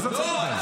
מה זה הצעקות האלה?